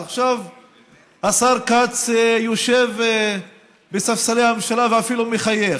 עכשיו השר כץ יושב בספסלי הממשלה ואפילו מחייך.